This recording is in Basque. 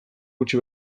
utzi